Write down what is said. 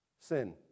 Sin